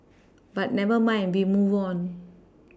but never mind we move on